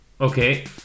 Okay